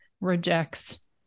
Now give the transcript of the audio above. rejects